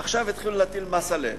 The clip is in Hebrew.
עכשיו יתחילו להטיל מס עליהן.